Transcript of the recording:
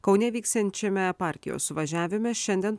kaune vyksiančiame partijos suvažiavime šiandien